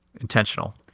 intentional